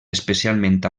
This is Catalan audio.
especialment